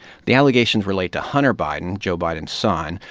the allegations relate to hunter biden, joe biden's son,